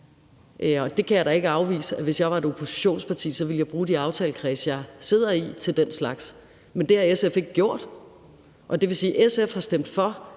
jeg kan da ikke afvise, at jeg, hvis jeg var et oppositionsparti, så ville bruge de aftalekredse, jeg sidder i, til den slags. Men det har SF ikke gjort, og det vil sige, at SF har stemt for